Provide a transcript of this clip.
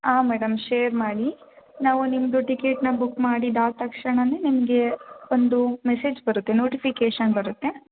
ಆಂ madam share ಮಾಡಿ ನಾವು ನಿಮ್ಮದು ಟಿಕೇಟ್ನ ಬುಕ್ ಮಾಡಿದ್ದು ಆದ ತಕ್ಷಣನೇ ನಿಮಗೆ ಒಂದು ಮೆಸೇಜ್ ಬರುತ್ತೆ ನೋಟಿಫಿಕೇಷನ್ ಬರುತ್ತೆ